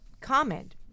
comment